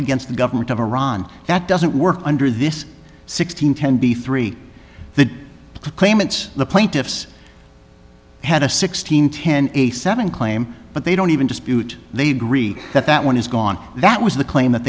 against the government of iran that doesn't work under this six hundred ten b three the claimants the plaintiffs had a sixteen ten a seven claim but they don't even dispute they gree that that one is gone that was the claim that